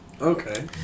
Okay